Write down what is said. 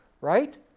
Right